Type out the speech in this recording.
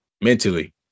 mentally